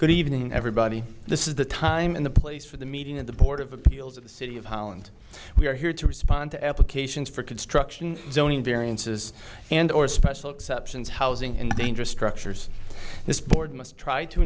good evening everybody this is the time and the place for the meeting of the board of appeals of the city of holland we are here to respond to application for construction zoning variances and or special exceptions housing and dangerous structures this board must try to